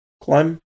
climb